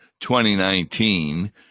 2019